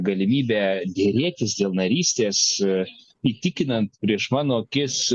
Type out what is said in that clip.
galimybę derėtis dėl narystės įtikinant prieš mano akis